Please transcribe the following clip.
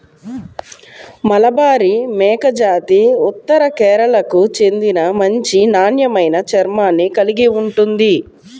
మలబారి మేకజాతి ఉత్తర కేరళకు చెందిన మంచి నాణ్యమైన చర్మాన్ని కలిగి ఉంటుంది